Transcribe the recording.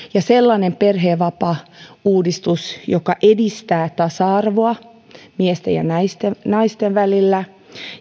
sellainen perhevapaauudistus joka edistää tasa arvoa miesten ja naisten naisten välillä